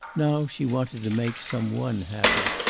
now she wanted to make some one happy.